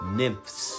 nymphs